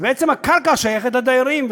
בעצם הקרקע שייכת לדיירים,